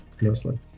Mostly